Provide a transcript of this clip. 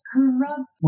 Corrupt